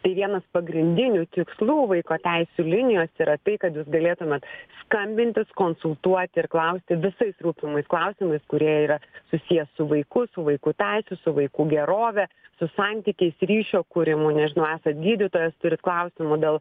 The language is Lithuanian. tai vienas pagrindinių tikslų vaiko teisių linijos yra tai kad jūs galėtumėt skambintis konsultuoti ir klausti visais rūpimais klausimais kurie yra susiję su vaiku su vaikų teisių su vaikų gerove su santykiais ryšio kūrimu nežinau esat gydytojas turit klausimų dėl